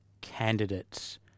candidates